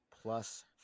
plus